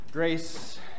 Grace